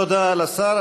תודה לשר.